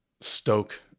stoke